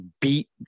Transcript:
beat